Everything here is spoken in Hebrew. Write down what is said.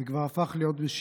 זה כבר הפך להיות בשגרה,